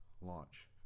launch